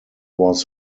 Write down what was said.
was